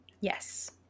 Yes